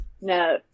no